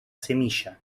semilla